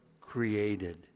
created